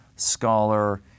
Scholar